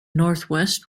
northwest